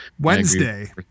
Wednesday